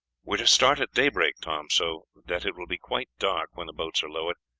we are to start at daybreak, tom, so that it will be quite dark when the boats are lowered.